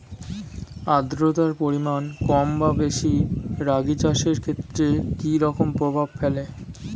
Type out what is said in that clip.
আদ্রতার পরিমাণ কম বা বেশি রাগী চাষের ক্ষেত্রে কি রকম প্রভাব ফেলে?